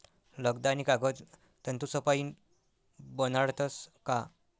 लगदा आणि कागद तंतूसपाईन बनाडतस का